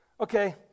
okay